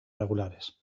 regulares